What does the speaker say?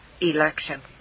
election